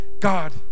God